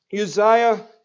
Uzziah